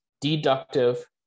deductive